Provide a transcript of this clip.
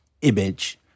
image